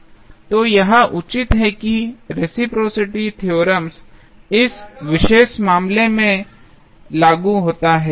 तो यह उचित है कि रेसिप्रोसिटी थ्योरम इस विशेष मामले में लागू होता है